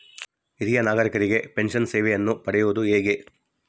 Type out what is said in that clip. ಹಿರಿಯ ನಾಗರಿಕರಿಗೆ ಪೆನ್ಷನ್ ಸೇವೆಯನ್ನು ಪಡೆಯುವುದು ಹೇಗೆ?